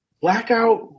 Blackout